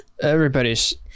everybody's